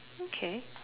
okay